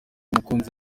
mukunzi